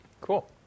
Cool